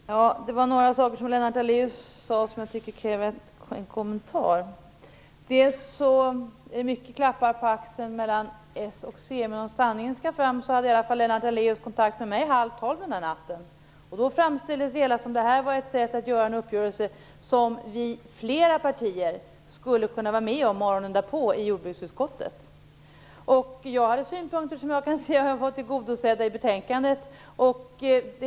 Fru talman! Det var några saker som Lennart Daléus sade som jag tycker kräver en kommentar. Det är många klappar på axeln mellan Socialdemokraterna och Centern. Men om sanning skall fram hade Lennart Daléus kontakt med mig halv tolv den där natten. Då framställdes det hela som att det här var ett sätt att göra en uppgörelse som flera partier skulle kunna vara med om morgonen därpå i jordbruksutskottet. Jag hade synpunkter som jag kan se att jag har fått tillgodosedda i betänkandet.